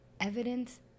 evidence